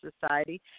Society